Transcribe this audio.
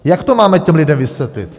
Jak to máme těm lidem vysvětlit?